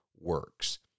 works